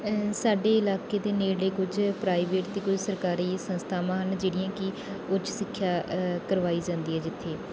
ਸਾਡੇ ਇਲਾਕੇ ਦੇ ਨੇੜੇ ਕੁਝ ਪ੍ਰਾਈਵੇਟ ਅਤੇ ਕੁਝ ਸਰਕਾਰੀ ਸੰਸਥਾਵਾਂ ਹਨ ਜਿਹੜੀਆਂ ਕਿ ਉੱਚ ਸਿੱਖਿਆ ਕਰਵਾਈ ਜਾਂਦੀ ਹੈ ਜਿੱਥੇ